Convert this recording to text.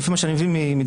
לפי מה שאני מבין מדבריו,